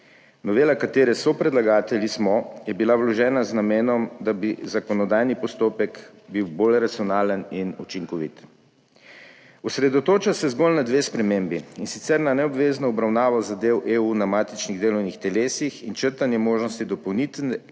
Novela, katere sopredlagatelji smo, je bila vložena z namenom, da bi bil zakonodajni postopek bolj racionalen in učinkovit. Osredotoča se zgolj na dve spremembi, in sicer na neobvezno obravnavo zadev EU na matičnih delovnih telesih in črtanje možnosti dopolnilne